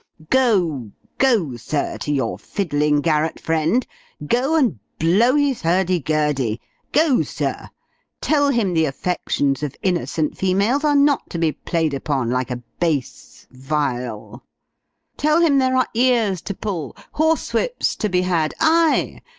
go go, sir, to your fiddling garret-friend go and blow his hurdigurdy go, sir tell him the affections of innocent females are not to be played upon like a base vile tell him there are ears to pull, horsewhips to be had, ay,